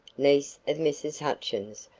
niece of mrs. hutchins,